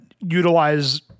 utilize